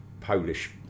Polish